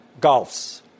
golfs